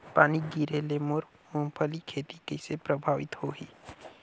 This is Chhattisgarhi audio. पानी गिरे ले मोर मुंगफली खेती कइसे प्रभावित होही?